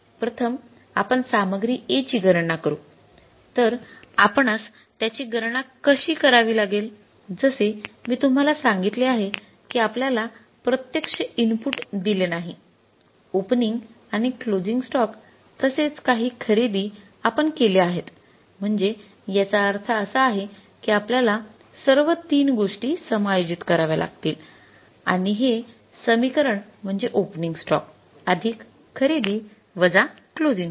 प्रथम आपण सामग्री A ची गणना कर तर आपणास त्याची गणना कशी करावी लागेल जसे मी तुम्हाला सांगितले आहे की आपल्याला प्रत्यक्ष इनपुट दिले नाही ओपनिंग आणि क्लोजिंग स्टॉक तसेच काही खरेदी आपण केल्या आहेत म्हणजे याचा अर्थ असा आहे की आपल्याला सर्व तीन गोष्टी समायोजित कराव्या लागतील आणि हे समीकरण म्हणजे ओपनिंग स्टॉक खरेदी क्लोसिंग स्टॉक